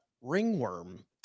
ringworm